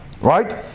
right